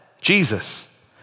Jesus